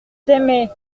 s’aimer